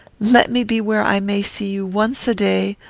let me be where i may see you once a day,